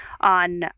on